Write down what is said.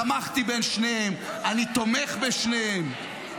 תמכתי בשניהם, אני תומך בשניהם.